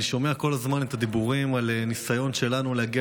אני שומע כל הזמן את הדיבורים על ניסיון שלנו להגיע